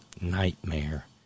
nightmare